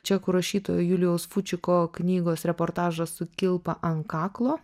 čekų rašytojo julijaus fučiko knygos reportažas su kilpa ant kaklo